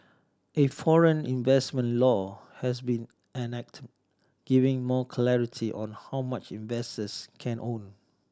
a foreign investment law has been enacted giving more clarity on how much investors can own